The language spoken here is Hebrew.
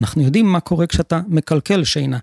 אנחנו יודעים מה קורה כשאתה מקלקל שינה.